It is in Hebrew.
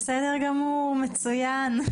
בסדר גמור, מצוין.